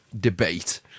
debate